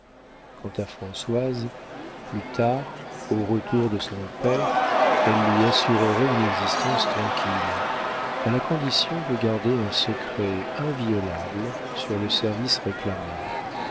quant à françoise plus tard au retour de son père elle lui assurerait une existence tranquille à la condition de garder un secret inviolable sur le service réclamé